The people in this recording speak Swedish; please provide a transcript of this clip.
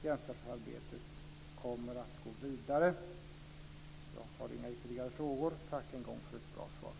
Jämställdhetsarbetet kommer att gå vidare. Jag har inga ytterligare frågor. Tack än en gång för ett bra svar.